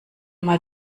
mal